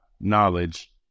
knowledge